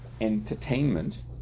entertainment